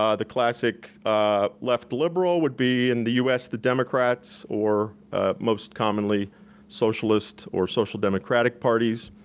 um the classic left liberal would be in the us the democrats, or most commonly socialist or social democratic parties.